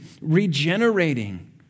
regenerating